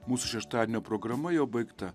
mūsų šeštadienio programa jau baigta